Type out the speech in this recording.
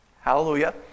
Hallelujah